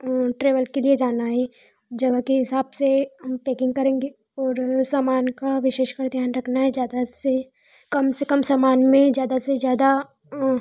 travel के लिए जाना है जगह के हिसाब से हम पेकिंग करेंगे और सामान का विशेष कर ध्यान रखना है ज़्यादा से कम से कम सामान में ज़्यादा से ज़्यादा